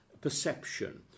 perception